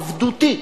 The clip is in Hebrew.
עבדותי.